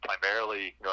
Primarily